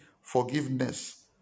forgiveness